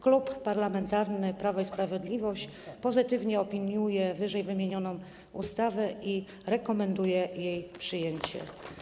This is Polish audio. Klub Parlamentarny Prawo i Sprawiedliwość pozytywnie opiniuje ww. ustawę i rekomenduje jej przyjęcie.